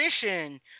tradition